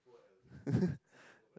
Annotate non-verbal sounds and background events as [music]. [laughs]